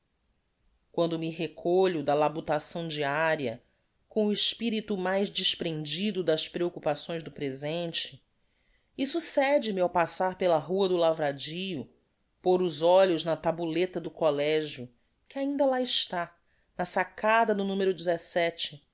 quando me recolho da labutação diaria com o espirito mais desprendido das preocupações do presente e succede me ao passar pela rua do lavradio pôr os olhos na taboleta do collegio que ainda lá está na sacada do